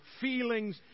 feelings